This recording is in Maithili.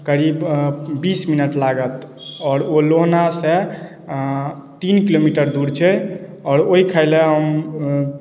करीब बीस मिनट लागत आओर ओ लोहनासँ तीन किलोमीटर दूर छै आओर ओहि खाइ लेल हम